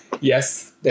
Yes